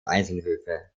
einzelhöfe